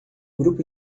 grupo